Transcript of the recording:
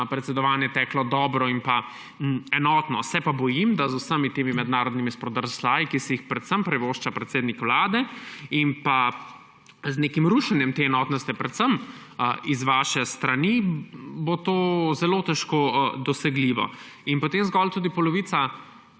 predsedovanje teklo dobro in enotno. Se pa bojim, da bo to z vsemi temi mednarodnimi spodrsljaji, ki si jih privošči predvsem predsednik Vlade, in z nekim rušenjem te enotnosti predvsem z vaše strani zelo težko dosegljivo. In potem je zgolj polovica